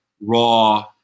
raw